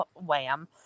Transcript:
Wham